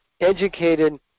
educated